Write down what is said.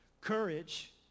Courage